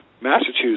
Massachusetts